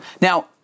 Now